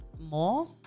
more